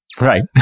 right